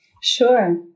Sure